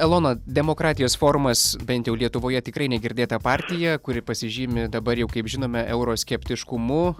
elona demokratijos forumas bent jau lietuvoje tikrai negirdėta partija kuri pasižymi dabar jau kaip žinome euroskeptiškumu